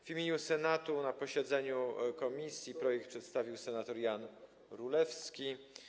W imieniu Senatu na posiedzeniu komisji projekt przedstawił senator Jan Rulewski.